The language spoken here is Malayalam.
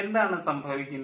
എന്താണ് സംഭവിക്കുന്നത്